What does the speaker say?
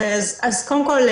קודם כל,